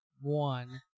one